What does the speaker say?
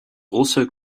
also